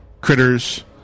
critters